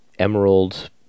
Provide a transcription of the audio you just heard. emerald